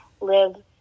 live